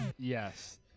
Yes